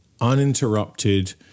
uninterrupted